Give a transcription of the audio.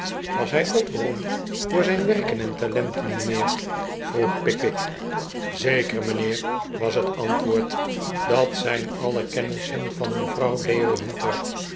was hij ook beroemd door zijn werken en talenten mijnheer vroeg pickwick zeker mijnheer was het antwoord dat zijn alle kennisseri van mevrouw leo hunter